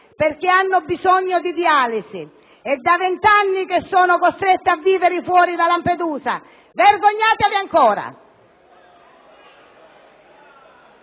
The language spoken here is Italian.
perché hanno bisogno di dialisi. È da vent'anni che sono costretti a vivere lontano da Lampedusa. Vergognatevi ancora!